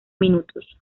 minutos